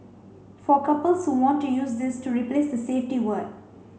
for couples who want to use this to replace the safety word